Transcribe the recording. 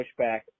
pushback